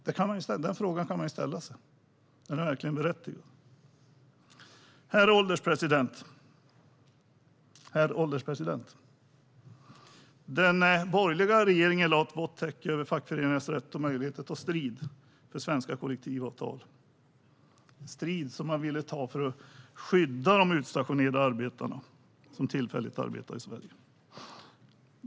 Den frågan kan man ställa sig, och den är verkligen berättigad. Herr ålderspresident! Den borgerliga regeringen lade ett vått täcke över fackföreningarnas rätt och möjlighet att ta strid för svenska kollektivavtal. Det är en strid man ville ta för att skydda de utstationerade arbetarna som tillfälligt arbetar i Sverige.